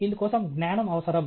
ఇందుకోసం జ్ఞానం అవసరం